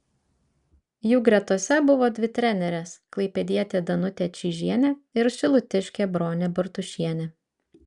jų gretose buvo dvi trenerės klaipėdietė danutė čyžienė ir šilutiškė bronė bartušienė